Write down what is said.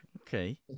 Okay